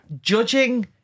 judging